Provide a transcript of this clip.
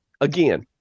again